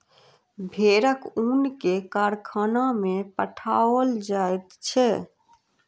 भेड़क ऊन के कारखाना में पठाओल जाइत छै